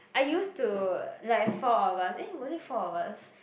I used to like four of us eh was it four of us